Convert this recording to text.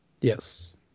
yes